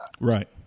Right